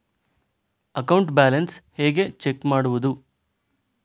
Account balance ಹೇಗೆ check ಮಾಡುವುದು?